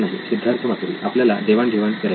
सिद्धार्थ मातुरी आपल्याला देवाणघेवाण करायची नाही